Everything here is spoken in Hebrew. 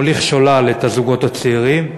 מוליך שולל את הזוגות הצעירים,